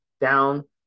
down